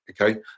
Okay